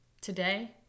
today